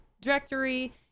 directory